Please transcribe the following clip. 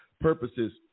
purposes